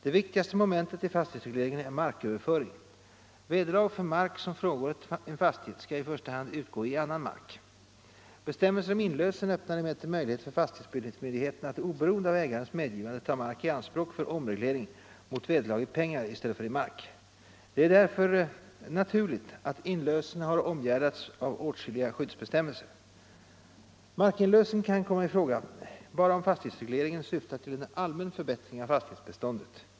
Det viktigaste momentet i fastighetsregleringen är marköverföring. Vederlag för mark som frångår en fastighet skall i första hand utgå i annan mark. Bestämmelser om inlösen öppnar emellertid möjlighet för fastighetsbildningsmyndigheten att oberoende av ägarens medgivande ta mark i anspråk för omreglering mot vederlag i pengar i stället för i mark. Det är därför naturligt att inlösen har omgärdats av åtskilliga skyddsbestämmelser. Markinlösen kan komma i fråga bara om fastighetsregleringen syftar 87 till en allmän förbättring av fastighetsbeståndet.